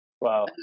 Wow